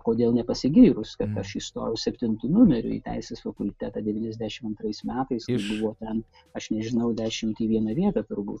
kodėl nepasigyrus kad aš įstojau septintu numeriu į teisės fakultetą devyniasdešimt antrais metais kai buvo ten aš nežinau dešimt į vieną vietą turbūt